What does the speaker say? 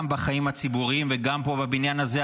גם בחיים הציבוריים וגם פה בבניין הזה.